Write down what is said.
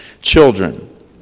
children